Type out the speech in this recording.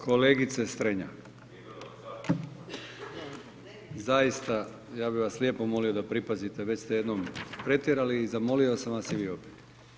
Kolegice Strenja, zaista ja bih vas lijepo molio da pripazite, već ste jednom pretjerali i zamolio sam vas i vi opet.